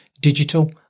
digital